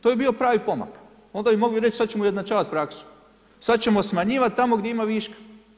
To bi bio pravi pomak, onda bi mogli reći, sada ćemo ujednačavati prasku, sada ćemo smanjivati tamo gdje ima viška.